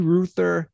Ruther